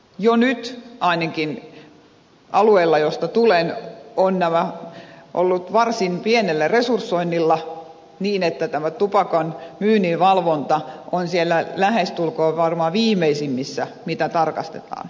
jo nyt ainakin sillä alueella jolta tulen ovat nämä olleet varsin pienellä resursoinnilla niin että tämä tupakan myynnin valvonta on siellä lähestulkoon varmaan viimeisimmissä asioissa mitä tarkastetaan